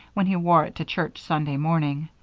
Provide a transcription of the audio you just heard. when he wore it to church sunday morning,